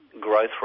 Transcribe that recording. growth